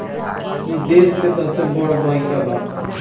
ई देस के सबसे बड़ बईक बा